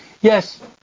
Yes